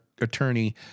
attorney